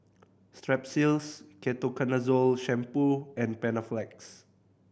Strepsils Ketoconazole Shampoo and Panaflex